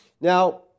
Now